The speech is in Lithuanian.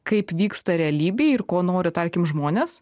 kaip vyksta realybėj ir ko nori tarkim žmonės